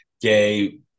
gay